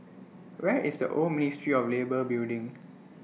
Where IS The Old Ministry of Labour Building